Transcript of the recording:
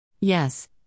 Yes